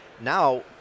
now